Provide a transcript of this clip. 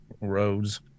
roads